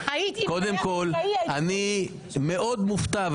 אני מופתע מאוד,